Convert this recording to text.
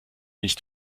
nicht